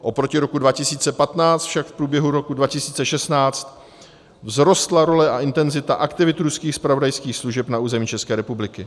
Oproti roku 2015 však v průběhu roku 2016 vzrostla role a intenzita aktivit ruských zpravodajských služeb na území České republiky.